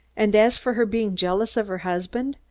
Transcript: and as for her being jealous of her husband,